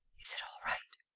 is it all right?